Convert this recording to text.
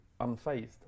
unfazed